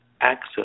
access